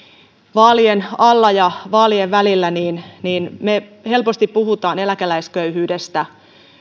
vaalien alla ja vaalien välillä me helposti puhumme eläkeläisköyhyydestä